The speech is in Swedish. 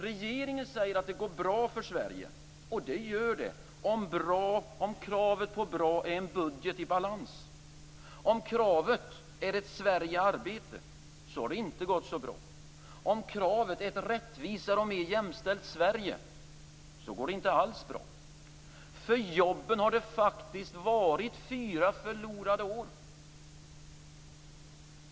Regeringen säger att det går bra för Sverige. Det gör det, om kravet på "bra" är en budget i balans. Om kravet är ett Sverige i arbete, har det dock inte gått så bra. Om kravet är ett rättvisare och mera jämställt Sverige, går det inte alls bra. För jobben har det faktiskt varit fyra förlorade år.